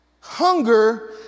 Hunger